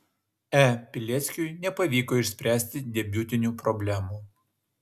e pileckiui nepavyko išspręsti debiutinių problemų